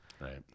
Right